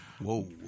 Whoa